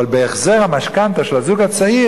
אבל בהחזר המשכנתה של הזוג הצעיר,